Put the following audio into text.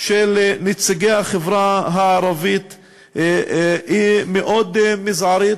של נציגי החברה הערבית היא ממש מזערית,